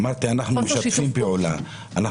אמרתי, אנחנו משתפים פעולה.